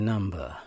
Number